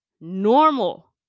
normal